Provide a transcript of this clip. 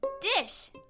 dish